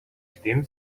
știm